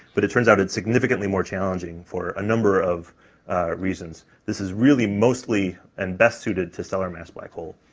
but it turns out it's significantly more challenging for a number of reasons this is really mostly and best suited to steller mass black hole.